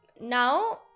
now